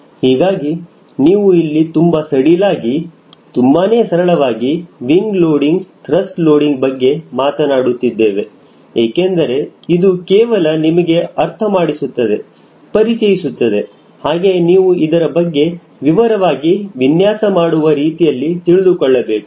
ಹೀಗಾಗಿ ನೀವು ಇಲ್ಲಿ ತುಂಬಾ ಸಡಿಲಾಗಿ ತುಂಬಾನೇ ಸರಳವಾಗಿ ವಿಂಗ ಲೋಡಿಂಗ್ ತ್ರಸ್ಟ್ ಲೋಡಿಂಗ್ ಬಗ್ಗೆ ಮಾತನಾಡುತ್ತಿದ್ದೇನೆ ಏಕೆಂದರೆ ಇದು ಕೇವಲ ನಿಮಗೆ ಅರ್ಥ ಮಾಡಿಸುತ್ತದೆ ಪರಿಚಯಿಸುತ್ತದೆ ಹಾಗೆ ನೀವು ಇದರ ಬಗ್ಗೆ ವಿವರವಾಗಿ ವಿನ್ಯಾಸ ಮಾಡುವ ರೀತಿಯಲ್ಲಿ ತಿಳಿದುಕೊಳ್ಳಬೇಕು